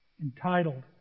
Entitled